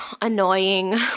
annoying